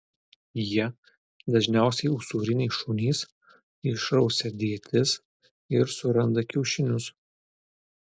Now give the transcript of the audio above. jie dažniausiai usūriniai šunys išrausia dėtis ir suranda kiaušinius